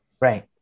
Right